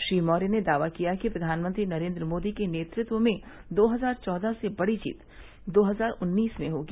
श्री मौर्य ने दावा किया कि प्रघानमंत्री नरेन्द्र मोदी के नेतृत्व में दो हजार चौदह से बड़ी जीत दो हजार उन्नीस में होगी